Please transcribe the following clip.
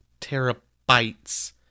terabytes